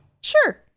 Sure